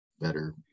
better